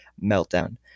meltdown